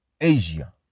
Asia